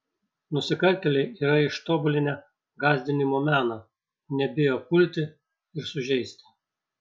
nusikaltėliai yra ištobulinę gąsdinimo meną nebijo pulti ir sužeisti